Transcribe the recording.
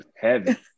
heavy